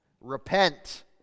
Repent